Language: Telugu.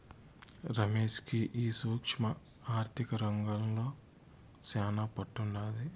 రమేష్ కి ఈ సూక్ష్మ ఆర్థిక రంగంల శానా పట్టుండాది